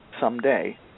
someday